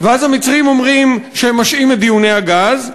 ואז המצרים אומרים שהם משהים את דיוני הגז,